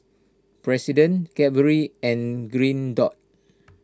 President Cadbury and Green Dot